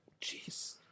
Jeez